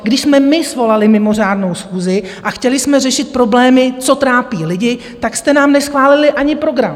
Když jsme my svolali mimořádnou schůzi a chtěli jsme řešit problémy, co trápí lidi, tak jste nám neschválili ani program!